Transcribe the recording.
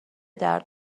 درد